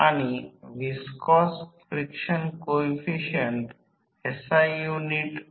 याचा अर्थ असा की प्रत्यक्षात प्राथमिक दुय्यम म्हणजेच ज्याने वाइंडिंग च्या त्या भागाशी विद्युत रूपाने जोडलेले आहे ते दोघांनाही सामान्य आहे